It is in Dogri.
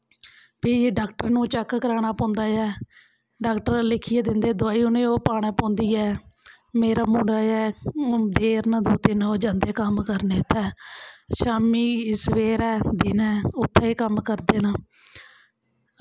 फ्ही डाक्टर नू चेक कराना पौंदा ऐ डाक्टर लिखियै दिंदे दवाई उ'नेंगी ओह् पाना पौंदी ऐ मेरा मुड़ा ऐ देर न दो तिन्न ओह् जंदे कम्म करन उत्थें शाम्मी सवेरै दिनें उत्थें कम्म करदे न